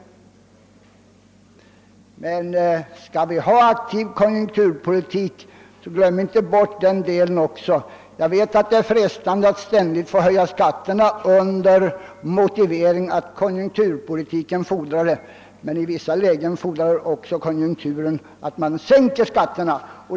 Man bör emellertid inte glömma bort denna möjlighet om man vill föra en aktiv konjunkturpolitik. Jag vet att det ständigt är frestande att höja skatterna under motivering att konjunkturpolitiken fordrar det, men i vissa lägen fordrar konjunkturen också att man sänker skatterna.